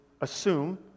assume